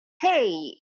Hey